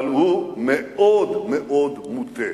אבל הוא מאוד מוטה.